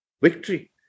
victory